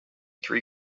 three